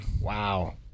wow